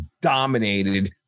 dominated